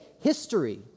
history